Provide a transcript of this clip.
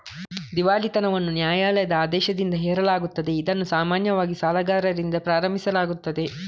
ದಿವಾಳಿತನವನ್ನು ನ್ಯಾಯಾಲಯದ ಆದೇಶದಿಂದ ಹೇರಲಾಗುತ್ತದೆ, ಇದನ್ನು ಸಾಮಾನ್ಯವಾಗಿ ಸಾಲಗಾರರಿಂದ ಪ್ರಾರಂಭಿಸಲಾಗುತ್ತದೆ